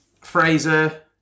Fraser